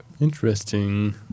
Interesting